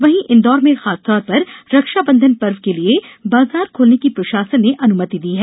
वहीं इंदौर में खासतौर पर रक्षाबंधन पर्व के लिये बाजार खोलने की प्रशासन ने अनुमति दी है